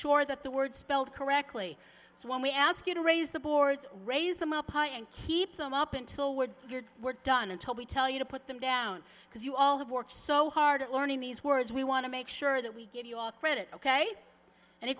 sure that the word spelled correctly so when we ask you to raise the boards raise them up high and keep them up until we're done until we tell you to put them down because you all have worked so hard at learning these words we want to make sure that we give you all credit ok an